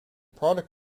product